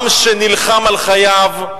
עם שנלחם על חייו,